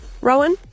Rowan